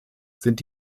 sind